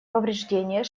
повреждения